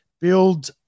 build